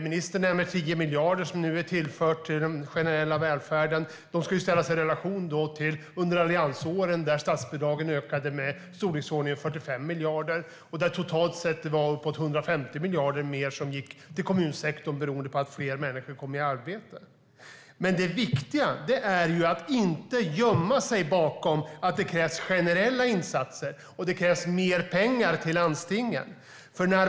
Ministern nämner 10 miljarder som har tillförts den generella välfärden. De ska ställas i relation till alliansåren, då statsbidragen ökade med i storleksordningen 45 miljarder och då det totalt sett gick uppemot 150 miljarder mer till kommunsektorn eftersom fler människor kom i arbete. Det viktiga är dock att inte gömma sig bakom att det krävs generella insatser och mer pengar till landstingen.